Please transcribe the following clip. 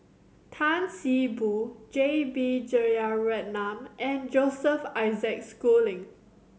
Tan See Boo J B Jeyaretnam and Joseph Isaac Schooling